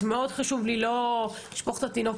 אז מאוד חשוב לי לא לשפוך את התינוק